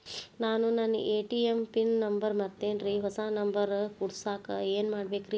ನಾನು ನನ್ನ ATM pin number ಮರ್ತೇನ್ರಿ, ಹೊಸಾ ನಂಬರ್ ಕುಡಸಾಕ್ ಏನ್ ಮಾಡ್ಬೇಕ್ರಿ?